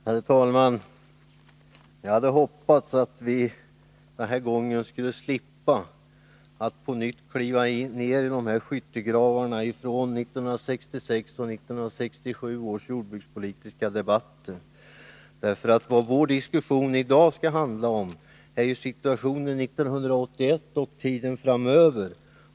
Herr talman! Jag hade hoppats att vi denna gång skulle slippa att på nytt kliva ner i skyttegravarna från 1966 och 1967 års jordbrukspolitiska debatter. Vad vår diskussion i dag skall handla om är situationen 1981 och tiden framöver.